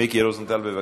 מיקי רוזנטל, בבקשה.